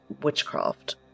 witchcraft